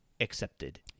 accepted